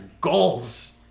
goals